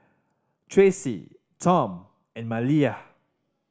Tracey Tom and Maliyah